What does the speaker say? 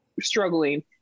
struggling